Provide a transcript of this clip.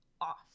off